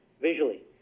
visually